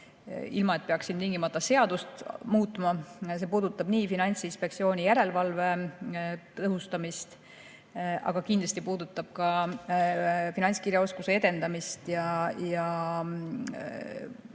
ilma et peaks ilmtingimata seadust muutma. See puudutab Finantsinspektsiooni järelevalve tõhustamist, aga kindlasti ka finantskirjaoskuse edendamist ja